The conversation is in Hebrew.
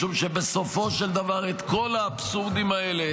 משום שבסופו של דבר את כל האבסורדים האלה,